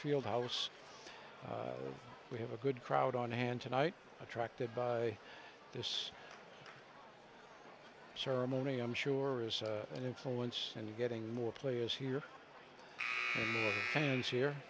field house we have a good crowd on hand tonight attracted by this ceremony i'm sure is an influence and getting more players here is here